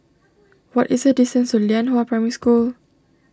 what is the distance to Lianhua Primary School